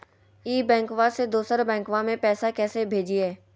ई बैंकबा से दोसर बैंकबा में पैसा कैसे भेजिए?